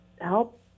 help